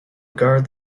guard